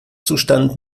zustand